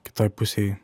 kitoj pusėj